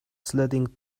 sledding